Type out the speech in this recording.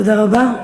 תודה רבה.